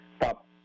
top